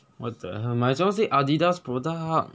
what the hell might as well say adidas product